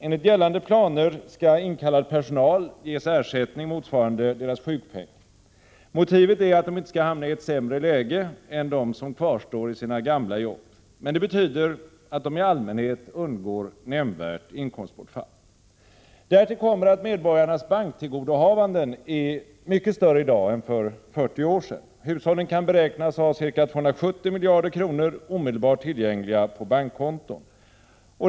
Enligt gällande planer skall inkallad personal ges ersättning motsvarande deras sjukpenning. Motivet är att de inte skall hamna i ett sämre läge än de som kvarstår i sina gamla jobb. Det betyder att de i allmänhet undgår nämnvärt inkomstbortfall. Därtill kommer att medborgarnas banktillgodohavanden är mycket större i dag än för 40 år sedan. Hushållen kan beräknas ha ca 270 miljarder kronor omedelbart tillgängliga på bankkonton.